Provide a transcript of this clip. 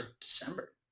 december